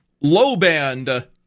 low-band